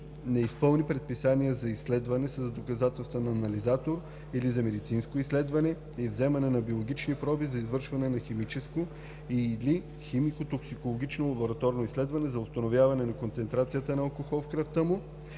не изпълни предписанието за изследване с доказателствен анализатор или за медицинско изследване и вземане на биологични проби за извършване на химическо и/или химико-токсикологично лабораторно изследване за установяване на концентрацията на алкохол в кръвта му